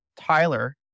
Tyler